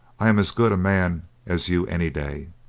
i am as good man as you any day.